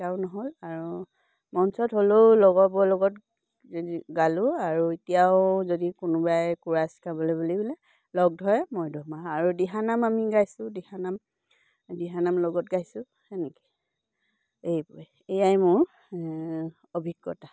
শিকাও নহ'ল আৰু মঞ্চত হ'লেও লগৰবোৰৰ লগত যদি গালোঁ আৰু এতিয়াও যদি কোনোবাই কোৰাছ গাবলৈ বুলি বোলে লগ ধৰে মই ধুমাহ আৰু দিহানাম আমি গাইছোঁ দিহানাম দিহানাম লগত গাইছোঁ সেনেকৈ এইবোৰে এইয়াই মোৰ অভিজ্ঞতা